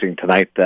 tonight